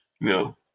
No